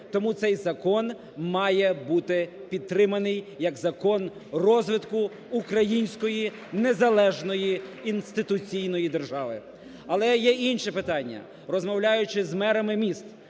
Тому цей закон має бути підтриманий як закон розвитку української незалежної інституційної держави. Але є і інші питання, розмовляючи з мерами міст,